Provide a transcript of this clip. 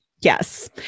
Yes